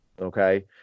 okay